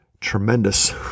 tremendous